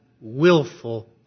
willful